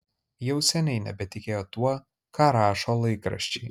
jau seniai nebetikėjo tuo ką rašo laikraščiai